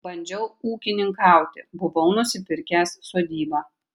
bandžiau ūkininkauti buvau nusipirkęs sodybą